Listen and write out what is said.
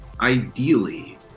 ideally